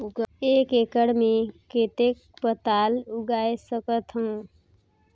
एक एकड़ मे कतेक पताल उगाय सकथव?